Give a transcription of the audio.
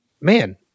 man